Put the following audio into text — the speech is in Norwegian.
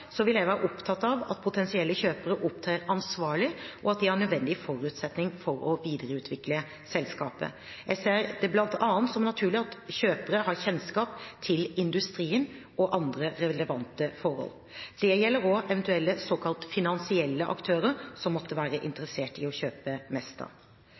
vil jeg være opptatt av at potensielle kjøpere opptrer ansvarlig, og at de har nødvendige forutsetninger for å videreutvikle selskapet. Jeg ser det bl.a. som naturlig at kjøpere har kjennskap til industrien og andre relevante forhold. Det gjelder også eventuelle såkalte finansielle aktører som måtte være interessert i å kjøpe Mesta.